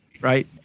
right